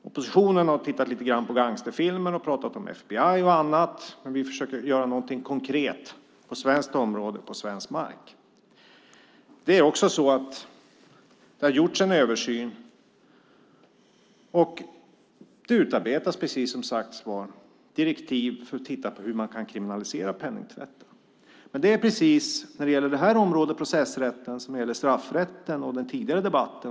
Oppositionen har tittat lite grann på gangsterfilmer och pratat om FBI och annat, men vi försöker göra någonting konkret på svensk mark. Det har gjorts en översyn, och det utarbetas direktiv för att titta på hur man kan kriminalisera penningtvätt. Det är precis samma sak när det gäller processrätten som när det gäller straffrätten och den tidigare debatten.